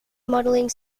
modelling